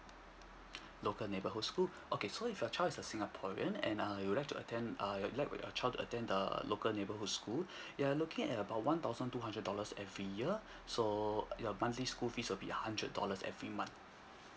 local neighbourhood school okay so if your child is a singaporean and err he would like to attend err you would like your child to attend the local neighbourhood school you're looking at about one thousand two hundred dollars every year so your monthly school fees will be a hundred dollars every month